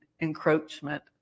encroachment